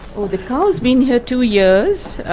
oh, the cow's been here two years.